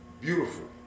beautiful